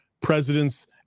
presidents